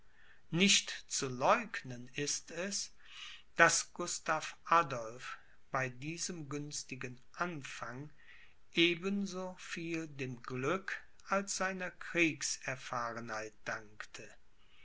nicht zu leugnen ist es daß gustav adolph bei diesem günstigen anfang ebenso viel dem glück als seiner kriegserfahrenheit dankte